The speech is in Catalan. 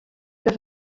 que